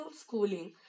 schooling